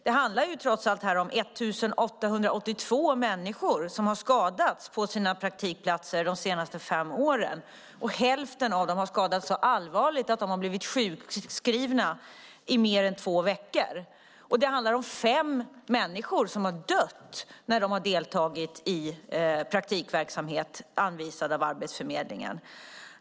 Det handlar trots allt om 1 882 människor som har skadats på sina praktikplatser de senaste fem åren. Hälften av dem har dessutom skadats så allvarligt att de blivit sjukskrivna i mer än två veckor. Det är fem människor som har dött när de har deltagit i praktikverksamhet anvisad av Arbetsförmedlingen.